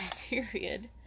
period